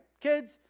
kids